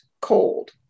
cold